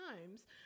times